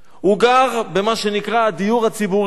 הוא גר במה שנקרא הדיור הציבורי.